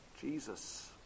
Jesus